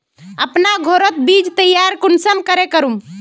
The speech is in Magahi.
अपना घोरोत बीज तैयार कुंसम करे करूम?